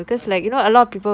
ah